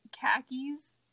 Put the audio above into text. khakis